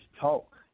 talk